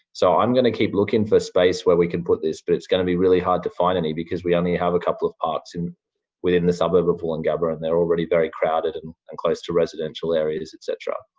um going to keep looking for space where we can put this but it's going to be really hard to find any because we only have a couple of parks in within the suburb of woolloongabba and they're already very crowded and and close to residential areas et cetera.